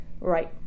Right